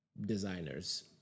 designers